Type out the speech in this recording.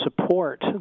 support